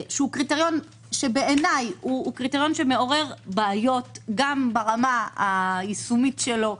שהוא קריטריון שבעיניי מעורר בעיות גם ברמה היישומית שלו,